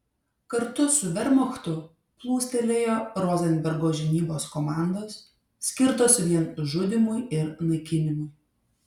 kartu su vermachtu plūstelėjo rozenbergo žinybos komandos skirtos vien žudymui ir naikinimui